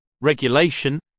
regulation